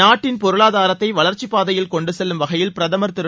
நாட்டின் பொருளாதாரத்தை வளர்ச்சிப்பாதையில் கொண்டு செல்லும் வகையில் பிரதமர் திரு